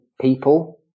people